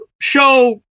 show